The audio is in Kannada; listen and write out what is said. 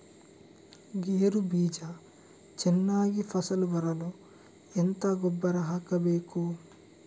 ಗೇರು ಬೀಜ ಚೆನ್ನಾಗಿ ಫಸಲು ಬರಲು ಎಂತ ಗೊಬ್ಬರ ಹಾಕಬೇಕು?